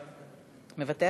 מוותר?